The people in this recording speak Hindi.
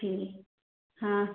ठीक हाँ